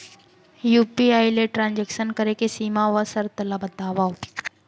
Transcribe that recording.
UPI ले transaction करे के सीमा व शर्त ला बतावव?